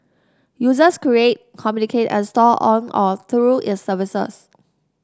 users create communicate and store on or through its services